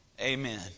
Amen